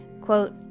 Quote